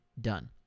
done